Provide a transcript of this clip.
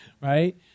Right